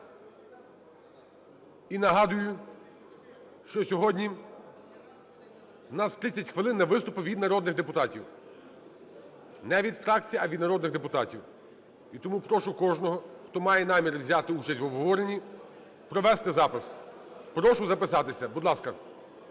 І нагадую, що сьогодні у нас 30 хвилин на виступи від народних депутатів. Не від фракцій, а від народних депутатів. І тому прошу кожного, хто має намір взяти участь в обговоренні, провести запис. Прошу записатися. Будь ласка.